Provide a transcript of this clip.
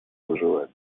выживания